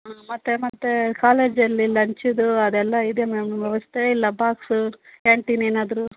ಹ್ಞೂ ಮತ್ತು ಮತ್ತು ಕಾಲೇಜಲ್ಲಿ ಲಂಚ್ದು ಅದೆಲ್ಲಇದೆಯ ಮ್ಯಾಮ್ ವ್ಯವಸ್ಥೆ ಇಲ್ಲ ಬಾಕ್ಸು ಕ್ಯಾಂಟೀನ್ ಏನಾದರು